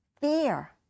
Fear